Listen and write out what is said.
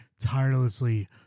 tirelessly